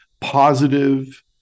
positive